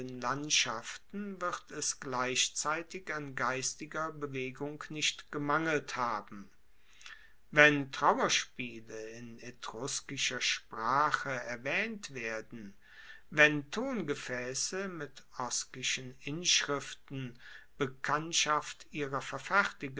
landschaften wird es gleichzeitig an geistiger bewegung nicht gemangelt haben wenn trauerspiele in etruskischer sprache erwaehnt werden wenn tongefaesse mit oskischen inschriften bekanntschaft ihrer